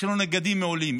יש לנו נגדים מעולים,